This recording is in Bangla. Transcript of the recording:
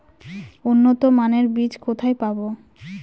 উন্নতমানের বীজ কোথায় পাব?